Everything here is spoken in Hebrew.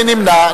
מי נמנע?